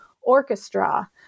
orchestra